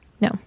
no